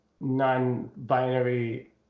non-binary